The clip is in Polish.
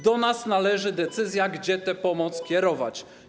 Do nas należy decyzja, gdzie tę pomoc kierować.